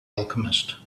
alchemist